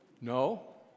No